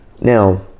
Now